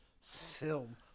film